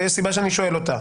ויש סיבה לכך שאני שואל אותה.